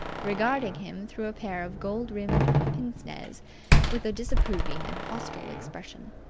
regarding him through a pair of gold-rimmed pince-nez with a disapproving and hostile expression.